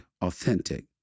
authentic